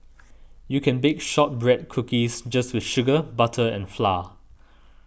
you can bake Shortbread Cookies just with sugar butter and flour